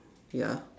ya